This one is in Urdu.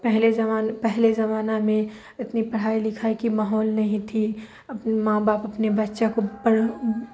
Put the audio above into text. پہلے جوان پہلے زمانہ میں اتنی پڑھائی لکھائی کی ماحول نہیں تھی اپنے ماں باپ اپنے بچہ کو پڑھ